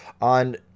on